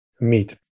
meet